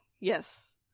Yes